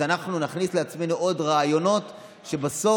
אז אנחנו נכניס לעצמנו עוד רעיונות שבסוף,